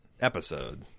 episode